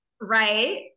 Right